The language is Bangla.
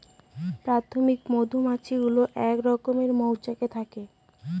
প্রাথমিক মধুমাছি গুলো এক রকমের মৌচাকে থাকে